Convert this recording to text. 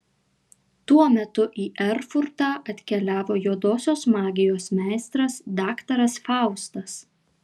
tuo metu į erfurtą atkeliavo juodosios magijos meistras daktaras faustas